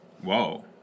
Whoa